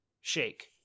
shake